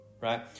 right